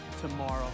tomorrow